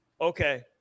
Okay